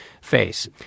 face